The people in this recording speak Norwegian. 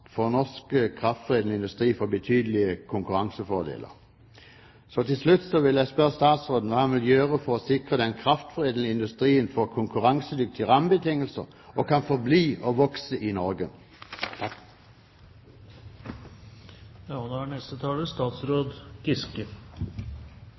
kraftforedlende industri få betydelige konkurransefordeler. Til slutt vil jeg spørre statsråden: Hva vil statsråden gjøre for å sikre at den kraftforedlende industrien får konkurransedyktige rammebetingelser – og kan forbli og vokse i Norge? Interpellanten tar opp viktige spørsmål som opptar både meg og